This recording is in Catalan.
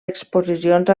exposicions